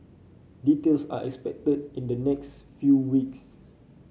details are expected in the next few weeks